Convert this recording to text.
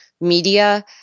media